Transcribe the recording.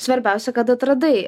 svarbiausia kad atradai